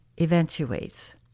eventuates